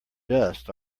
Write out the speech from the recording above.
dust